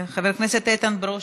חבר הכנסת איתן ברושי,